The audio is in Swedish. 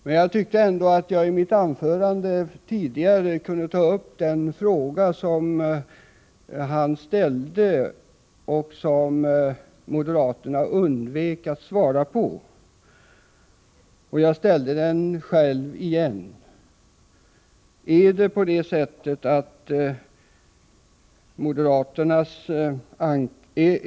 Men jag tyckte ändå att jag i mitt tidigare anförande kunde ta upp den fråga som han ställde och som moderaterna undvek att svara på. Jag ställde den därför själv igen.